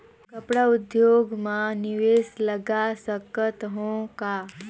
कपड़ा उद्योग म निवेश लगा सकत हो का?